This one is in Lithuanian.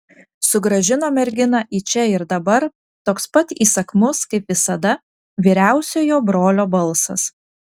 sugrąžino merginą į čia ir dabar toks pat įsakmus kaip visada vyriausiojo brolio balsas